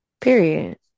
Period